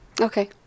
okay